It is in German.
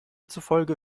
zufolge